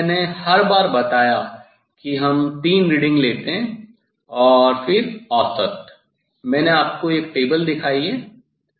जैसा कि मैंने हर बार बताया कि हम तीन रीडिंग लेते हैं और फिर औसत मैंने आपको एक तालिका दिखाई है